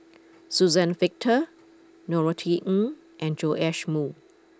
Suzann Victor Norothy Ng and Joash Moo